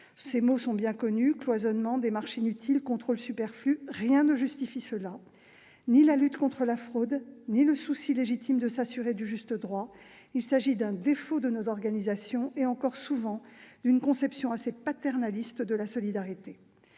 Ses maux sont bien connus : cloisonnement, démarches inutiles, contrôles superflus. Rien ne les justifie, ni la lutte contre la fraude ni le souci légitime de s'assurer du juste droit. Il s'agit d'un défaut de nos organisations et souvent d'une conception encore assez paternaliste de la solidarité.